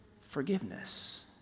Forgiveness